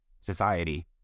society